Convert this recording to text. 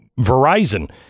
Verizon